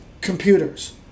computers